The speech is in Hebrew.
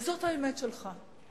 וזאת האמת שלך.